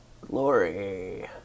glory